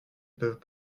peuvent